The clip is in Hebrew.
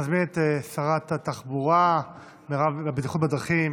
אני מזמין את שרת התחבורה והבטיחות בדרכים